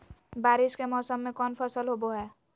बारिस के मौसम में कौन फसल होबो हाय?